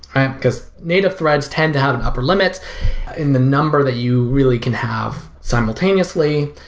right? because native threads tend to have and upper limits in the number that you really can have simultaneously.